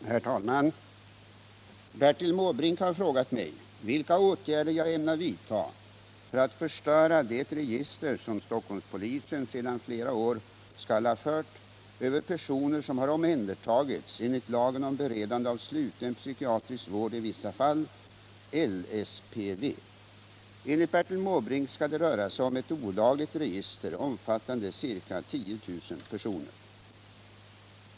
Herr talman! Bertil Måbrink har frågat mig vilka åtgärder jag ämnar vidta för att förstöra det register som Stockholmspolisen sedan flera år tillbaka skall ha fört över personer som har omhändertagits enligt lagen om beredande av sluten psykiatrisk vård i vissa fall, LSPV. Enligt Bertil Måbrink skall det röra sig om ett olagligt register omfattande ca 10 000 personer.